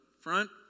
front